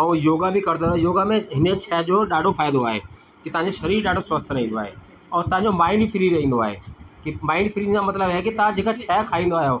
ऐं योगा बि कंदा रहो योगा में हिन शइ जो ॾाढो फ़ाइदो आहे की तव्हांजो शरीरु ॾाढो स्वस्थ रहंदो आहे ऐं तव्हांजो माइंड बि फ्री रहंदो आहे की माइंड फ्री सां मतिलबु आहे की तव्हां जेका शइ खाईंदा आहियो